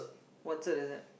what cert is that